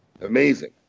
Amazing